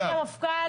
תודה רבה למפכ"ל.